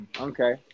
Okay